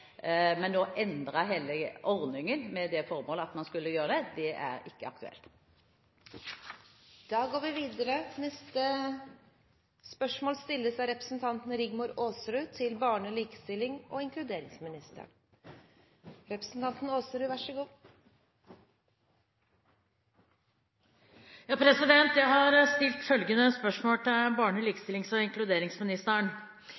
Men å endre hele ordningen, med det forbeholdet at man skulle gjøre det, er ikke aktuelt. Jeg har stilt følgende spørsmål til barne-,